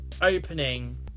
opening